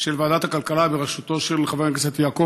של ועדת הכלכלה בראשותו של חבר הכנסת יעקב